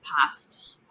past